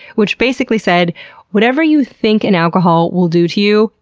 which basically said whatever you think an alcohol will do to you,